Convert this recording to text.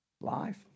Life